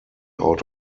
out